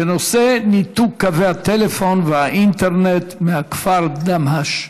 בנושא ניתוק קווי הטלפון והאינטרנט מהכפר דמהש.